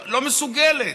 לא מסוגלת.